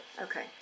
Okay